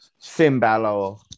Simbalo